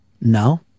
No